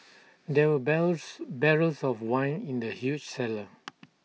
there were bears barrels of wine in the huge cellar